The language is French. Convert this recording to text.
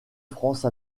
france